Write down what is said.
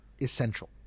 essential